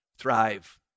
thrive